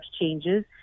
changes